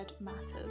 matters